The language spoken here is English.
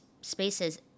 spaces